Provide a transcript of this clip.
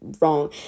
wrong